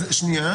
הבנתי.